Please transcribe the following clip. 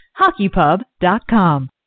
HockeyPub.com